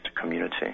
community